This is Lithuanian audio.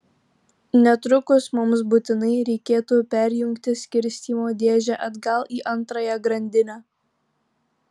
netrukus mums būtinai reikėtų perjungti skirstymo dėžę atgal į antrąją grandinę